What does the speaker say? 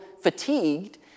fatigued